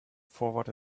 forward